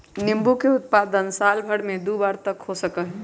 नींबू के उत्पादन साल भर में दु बार तक हो सका हई